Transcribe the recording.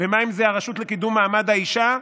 ומה אם זה הרשות לקידום מעמד האישה,